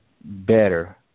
better